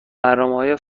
برنامههای